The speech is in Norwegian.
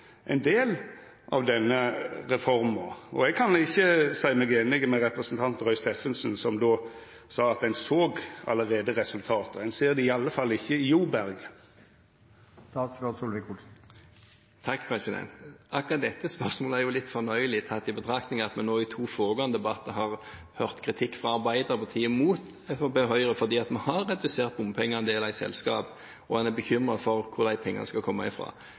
ein del av denne reforma? Eg kan ikkje seia meg einig med representanten Roy Steffensen som sa at ein allereie ser resultat. Ein ser det i alle fall ikkje i Joberget. Akkurat dette spørsmålet er litt fornøyelig, tatt i betraktning at vi nå i to foregående debatter har hørt kritikk fra Arbeiderpartiet mot Fremskrittspartiet og Høyre fordi vi har redusert bompengeandeler i selskap, og en er bekymret for hvor de pengene skal